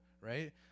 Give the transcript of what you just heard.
right